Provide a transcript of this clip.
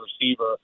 receiver